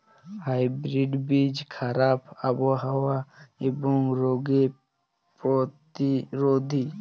hybrid বীজ খারাপ আবহাওয়া এবং রোগে প্রতিরোধী